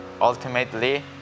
ultimately